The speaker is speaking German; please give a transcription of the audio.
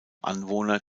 anwohner